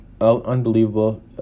Unbelievable